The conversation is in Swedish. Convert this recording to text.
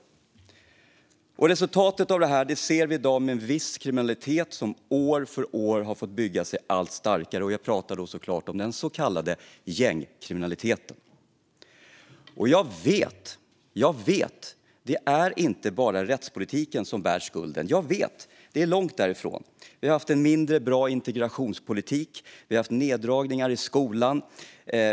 Resultatet av detta ser vi i dag med en viss kriminalitet som år för år har fått bygga sig allt starkare. Jag talar såklart om den så kallade gängkriminaliteten. Jag vet att det inte enbart är rättspolitiken som bär skulden, långt därifrån. Vi har haft en mindre bra integrationspolitik och neddragningar i skolan.